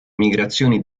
migrazioni